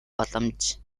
боломж